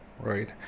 right